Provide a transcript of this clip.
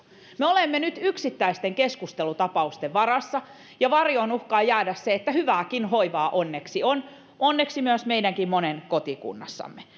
me olemme nyt yksittäisten keskustelutapausten varassa ja varjoon uhkaa jäädä se että hyvääkin hoivaa onneksi on onneksi myös monen meidänkin kotikunnassamme